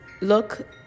look